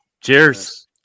Cheers